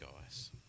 guys